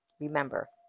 remember